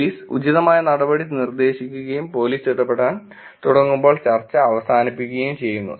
police ഉചിതമായ നടപടി നിർദ്ദേശിക്കുകയും പോലീസ് ഇടപെടാൻ തുടങ്ങുമ്പോൾ ചർച്ച അവസാനിപ്പിക്കുകയും ചെയ്യും